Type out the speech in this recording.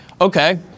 Okay